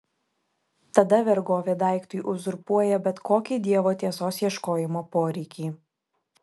tada vergovė daiktui uzurpuoja bet kokį dievo tiesos ieškojimo poreikį